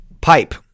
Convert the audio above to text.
Pipe